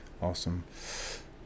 Awesome